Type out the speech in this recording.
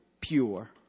pure